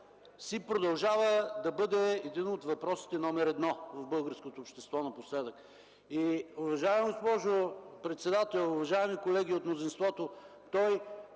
продължава да бъде един от въпросите номер едно в българското общество напоследък. Уважаема госпожо председател, уважаеми колеги от мнозинството! Този